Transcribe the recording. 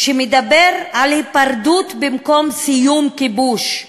שמדבר על היפרדות במקום סיום כיבוש,